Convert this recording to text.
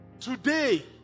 Today